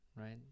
Right